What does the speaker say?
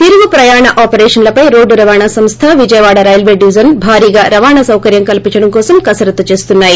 తిరుగు ప్రయాణ ఆపరేషన్స్పై రోడ్లు రవాణా సంస్థ విజయవాడ రైల్వే డివిజన్లు భారీ గా రవాణా సౌకర్యం కల్సించడం కోసం కసరత్తు చేస్తున్నాయి